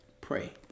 Pray